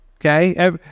Okay